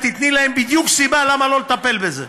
את תיתני להם בדיוק סיבה למה לא לטפל בזה.